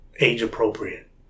age-appropriate